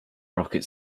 rocket